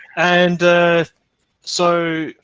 and so,